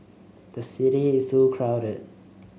the city is too crowded